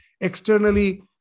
Externally